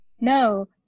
No